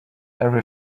every